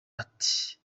ati